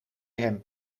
hem